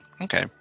Okay